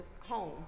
Home